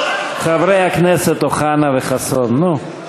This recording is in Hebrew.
חברי הכנסת אוחנה וחסון, נו.